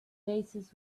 faces